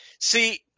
see